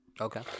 Okay